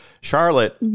Charlotte